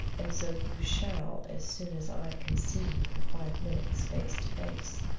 and so you shall as soon as i can see you for five minutes face to face.